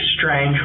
strange